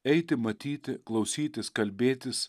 eiti matyti klausytis kalbėtis